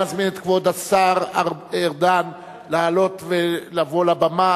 אני מזמין את כבוד השר ארדן לעלות ולבוא לבמה